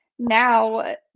Now